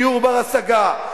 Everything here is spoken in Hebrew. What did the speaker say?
דיור בר-השגה,